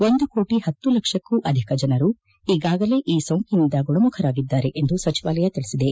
ಒಂದು ಕೋಟಿ ಹತ್ತು ಲಕ್ಷಕ್ಕೂ ಅಧಿಕ ಜನರು ಈಗಾಗಲೇ ಈ ಸೋಂಕಿನಿಂದ ಗುಣಮುಖರಾಗಿದ್ದಾರೆ ಎಂದು ಸಚಿವಾಲಯ ತಿಳಿಸಿದೆ